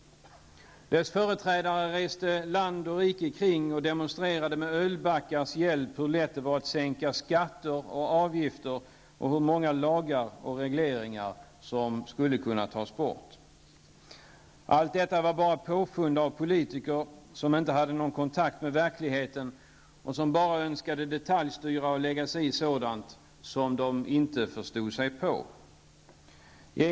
Dess företrädare reste land och rike kring och demonstrerade med ölbackars hjälp hur lätt det var att sänka skatter och avgifter och hur många lagar och regleringar som skulle kunna tas bort. Allt detta var bara påfund av politiker som inte hade någon kontakt med verkligheten och som bara önskade detaljstyra och lägga sig i sådant som de inte förstod sig på, hette det.